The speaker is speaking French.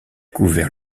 couvert